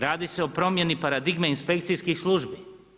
Radi se o promjeni paradigme inspekcijske službi.